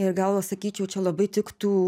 ir gal sakyčiau čia labai tiktų